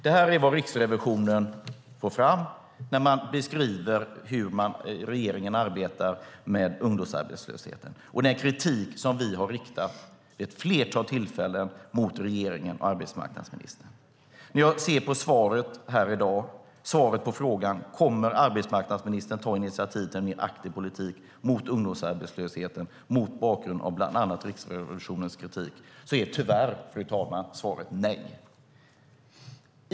Detta är vad Riksrevisionen får fram när man beskriver hur regeringen arbetar med ungdomsarbetslösheten, och det är kritik som vi vid ett flertal tillfällen har riktat mot regeringen och arbetsmarknadsministern. Jag ser att arbetsmarknadsministerns svar på frågan om hon kommer att ta initiativ till en mer aktiv politik mot ungdomsarbetslösheten mot bakgrund av bland annat Riksrevisionens kritik tyvärr är nej.